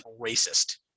racist